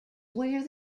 where